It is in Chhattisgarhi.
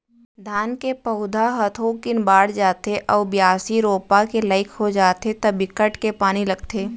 धान के पउधा ह थोकिन बाड़ जाथे अउ बियासी, रोपा के लाइक हो जाथे त बिकट के पानी लगथे